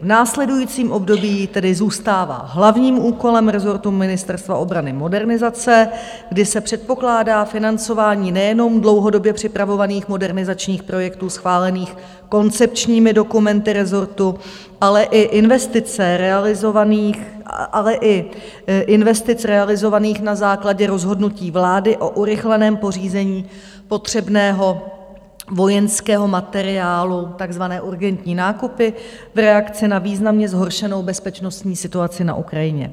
V následujícím období tedy zůstává hlavním úkolem rezortu Ministerstva obrany modernizace, kdy se předpokládá financování nejenom dlouhodobě připravovaných modernizačních projektů schválených koncepčními dokumenty rezortu, ale i investic realizovaných na základě rozhodnutí vlády o urychleném pořízení potřebného vojenského materiálu, takzvané urgentní nákupy, v reakci na významně zhoršenou bezpečnostní situaci na Ukrajině.